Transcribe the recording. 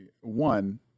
one